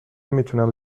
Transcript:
میتونم